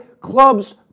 clubs